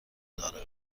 دارد